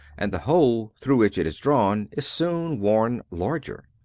and the hole through which it is drawn is soon worn larger.